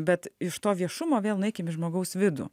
bet iš to viešumo vėl nueikim į žmogaus vidų